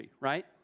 right